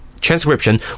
Transcription